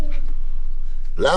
למה?